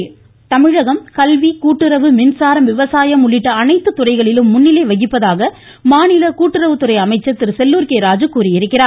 Sellur K Raju Tamilagam கல்வி கூட்டுறவு மின்சாரம் விவசாயம் உள்ளிட்ட அனைத்து துறைகளிலும் முன்னிலை வகிப்பதாக மாநில கூட்டுறவுத்துறை அமைச்சர் திரு செல்லூர் கே ராஜு கூறியிருக்கிறார்